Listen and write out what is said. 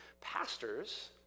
Pastors